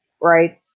right